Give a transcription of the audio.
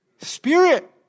Spirit